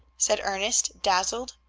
said ernest, dazzled.